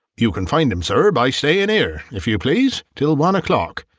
you can find him, sir, by staying here, if you please, till one o'clock.